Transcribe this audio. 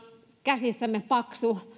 käsissämme paksu